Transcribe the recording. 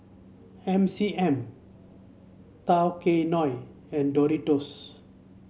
M C M Tao Kae Noi and Doritos